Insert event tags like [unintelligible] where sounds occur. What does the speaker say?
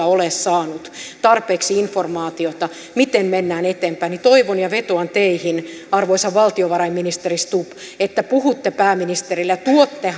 [unintelligible] ole saanut tarpeeksi informaatiota miten mennään eteenpäin niin toivon ja vetoan teihin arvoisa valtiovarainministeri stubb että puhutte pääministerille ja tuotte [unintelligible]